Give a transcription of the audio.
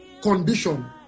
condition